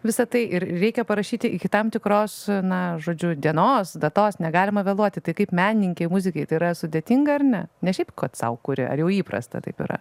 visa tai ir reikia parašyti iki tam tikros na žodžiu dienos datos negalima vėluoti tai kaip menininkei muzikei tai yra sudėtinga ar ne ne šiaip kad sau kuri ar jau įprasta taip yra